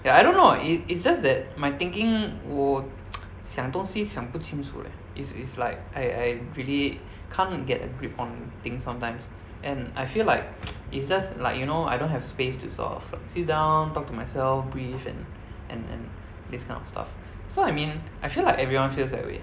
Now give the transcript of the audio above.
ya I don't know it it's just that my thinking 我 想东西想不清楚 leh is is like I I really can't get a grip on things sometimes and I feel like it's just like you know I don't have space to sort of sit down talk to myself breathe and and and this kind of stuff so I mean I feel like everyone feels that way